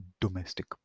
domestic